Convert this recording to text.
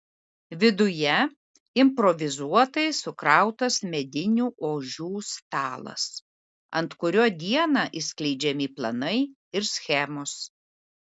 viduje improvizuotai sukrautas medinių ožių stalas ant kurio dieną išskleidžiami planai ir schemos